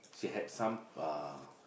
she had some uh